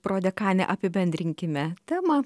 prodekane apibendrinkime tema